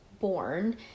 born